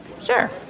Sure